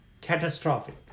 catastrophic